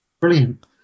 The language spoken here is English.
Brilliant